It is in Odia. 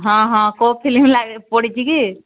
ହଁ ହଁ କେଉଁ ଫିଲ୍ମ ଲାଗ ପଡ଼ିଛି କି